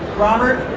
robert,